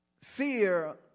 fear